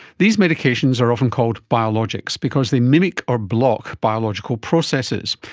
these medications are often called biologics because they mimic or block biological processes,